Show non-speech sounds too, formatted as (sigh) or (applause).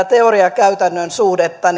(unintelligible) teorian ja käytännön suhdetta (unintelligible)